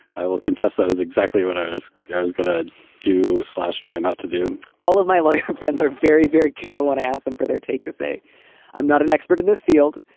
i will confess that was exactly what i was going to do. slash try not to do all of my lawyer friends are very, very careful what i ask them for their take to say i'm not an expert in this field.